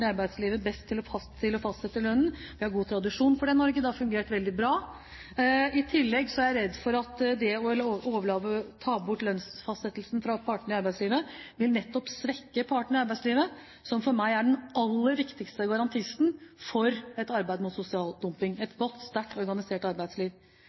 i arbeidslivet best til å fastsette lønnen? Vi har god tradisjon for det i Norge. Det har fungert veldig bra. I tillegg er jeg redd for at det å ta bort lønnsfastsettelsen fra partene i arbeidslivet nettopp vil svekke partene i arbeidslivet, og et godt, sterkt organisert arbeidsliv er for meg den aller viktigste garantisten for et arbeid mot sosial dumping.